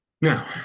Now